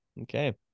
okay